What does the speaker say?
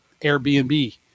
Airbnb